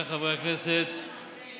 בתחילת ההתפרצות מדינת ישראל הצליחה, בסייעתא